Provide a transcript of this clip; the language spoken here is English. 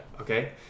Okay